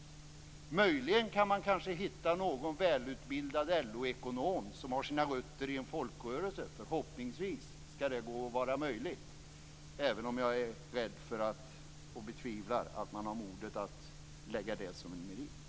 Möjligen kan man hitta någon välutbildad LO-ekonom som har sina rötter i en folkrörelse, förhoppningsvis är det möjligt, även om jag betvivlar att man har modet att betrakta det som en merit.